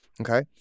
Okay